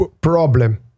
problem